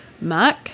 Mark